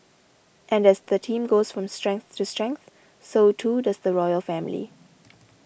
and as the team goes from strength to strength so too does the royal family